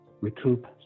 recoup